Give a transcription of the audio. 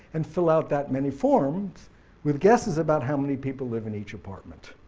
and fill out that many forms with guesses about how many people live in each apartment.